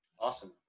Awesome